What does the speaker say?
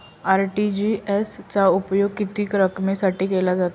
RTGS चा उपयोग किती रकमेसाठी केला जातो?